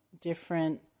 different